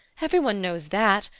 every one knows that.